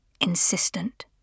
insistent